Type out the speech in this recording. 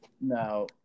Now